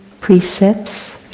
precepts,